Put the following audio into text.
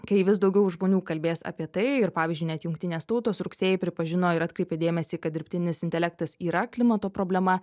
kai vis daugiau žmonių kalbės apie tai ir pavyzdžiui net jungtinės tautos rugsėjį pripažino ir atkreipė dėmesį kad dirbtinis intelektas yra klimato problema